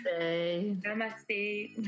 Namaste